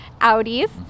Audis